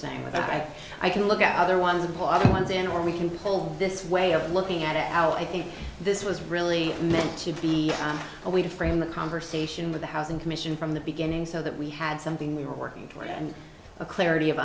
saying that i can look at another one of the bottom lines in or we can pull this way of looking at it how i think this was really meant to be a way to frame the conversation with a housing commission from the beginning so that we had something we were working toward and a clarity of